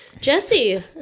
Jesse